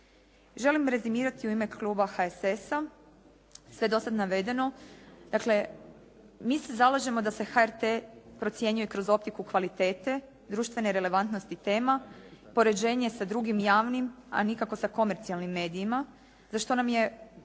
Želim rezimirati u ime kluba HSS-a sve do sad navedeno. Dakle, mi se zalažemo da se HRT procjenjuje kroz optiku kvalitete, društvene relevantnosti tema, poređenje sa drugim javnim, a nikako sa komercijalnim medijima zato što nam je ustvari